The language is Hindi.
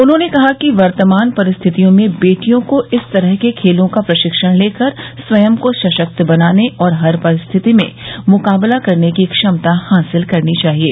उन्होंने कहा कि वर्तमान परिस्थितियों में बेटियों को इस तरह के खेलों का प्रशिक्षण लेकर स्वयं को सशक्त बनाने और हर परिस्थिति में मुकाबला करने की क्षमता हासिल करनी चाहिये